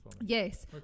Yes